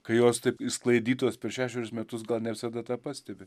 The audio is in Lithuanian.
kai jos taip išsklaidytos per šešerius metus gal ne visada tą pastebi